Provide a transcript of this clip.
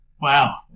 Wow